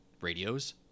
radios